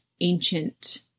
ancient